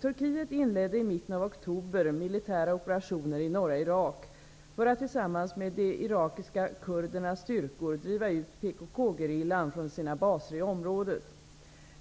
Turkiet inledde i mitten av oktober militära operationer i norra Irak för att tillsammans med de irakiska kurdernas styrkor driva ut PKK gerillan från sina baser i området.